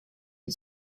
and